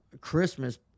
Christmas